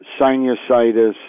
sinusitis